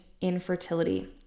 infertility